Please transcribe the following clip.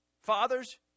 Fathers